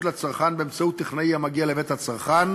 לצרכן באמצעות טכנאי המגיע לבית הצרכן,